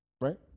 right